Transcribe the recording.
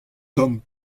tamm